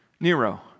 Nero